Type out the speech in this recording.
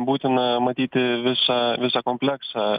būtina matyti visą visą kompleksą